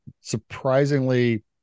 surprisingly